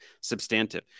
substantive